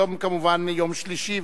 היום כמובן יום שלישי,